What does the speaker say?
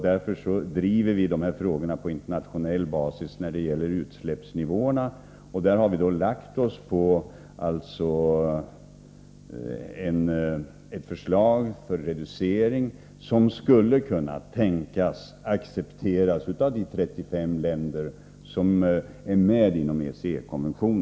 Därför driver vi de här frågorna på internationell basis när det gäller utsläppsnivåerna, och vi har gått in för ett förslag till reducering som skulle kunna tänkas bli accepterat av de 35 länder som är med inom ramen för ECE-konventionen.